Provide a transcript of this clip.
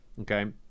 Okay